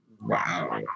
Wow